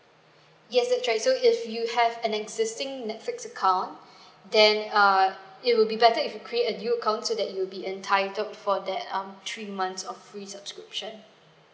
yes so if you have an existing netflix account then uh it will be better if you create a new account so that you will be entitled for that um three months of free subscription